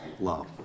love